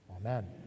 Amen